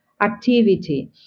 activity